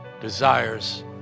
desires